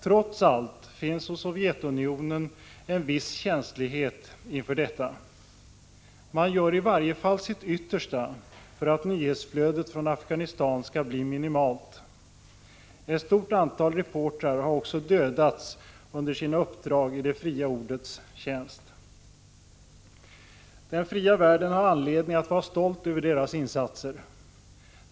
Trots allt finns hos Sovjetunionen en viss känslighet inför detta. Man gör i varje fall sitt yttersta för att nyhetsflödet från Afghanistan skall bli minimalt. Ett stort antal reportrar har också dödats under sina uppdrag i det fria ordets tjänst. Den fria världen har anledning att vara stolt över deras insatser.